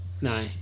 no